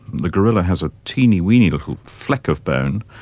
the gorilla has a teeny-weeny little fleck of bone,